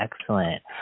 excellent